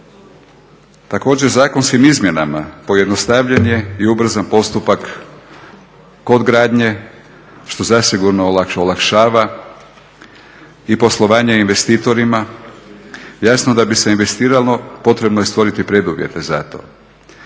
Također zakonskim izmjenama pojednostavljen je i ubrzan postupak kod gradnje što zasigurno olakšava i poslovanje investitorima. Jasno, da bi se investiralo potrebno je stvoriti preduvjete za to.